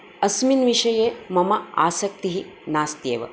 अस्मिन् विषये मम आसक्तिः नास्त्येव